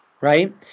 right